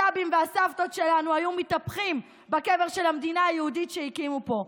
הסבים והסבתות שלנו היו מתהפכים בקבר של המדינה היהודית שהקימו פה.